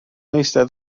eistedd